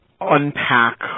unpack